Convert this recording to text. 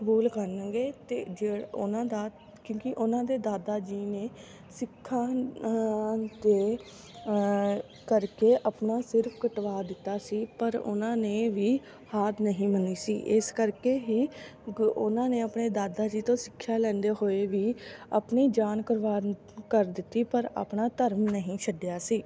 ਕਬੂਲ ਕਰਨਗੇ ਅਤੇ ਜੇ ਉਹਨਾਂ ਦਾ ਕਿਉਂਕਿ ਉਹਨਾਂ ਦੇ ਦਾਦਾ ਜੀ ਨੇ ਸਿੱਖਾਂ ਦੇ ਕਰਕੇ ਆਪਣਾ ਸਿਰ ਕੱਟਵਾ ਦਿੱਤਾ ਸੀ ਪਰ ਉਹਨਾਂ ਨੇ ਵੀ ਹਾਰ ਨਹੀਂ ਮੰਨੀ ਸੀ ਇਸ ਕਰਕੇ ਹੀ ਗੁ ਉਹਨਾਂ ਨੇ ਆਪਣੇ ਦਾਦਾ ਜੀ ਤੋਂ ਸਿੱਖਿਆ ਲੈਂਦੇ ਹੋਏ ਵੀ ਆਪਣੀ ਜਾਨ ਕੁਰਬਾਨ ਕਰ ਦਿੱਤੀ ਪਰ ਆਪਣਾ ਧਰਮ ਨਹੀਂ ਛੱਡਿਆ ਸੀ